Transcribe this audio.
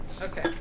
Okay